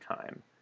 time